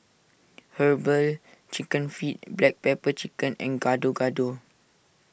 Herbal Chicken Feet Black Pepper Chicken and Gado Gado